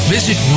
Visit